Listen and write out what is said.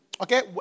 Okay